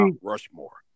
rushmore